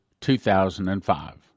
2005